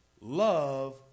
Love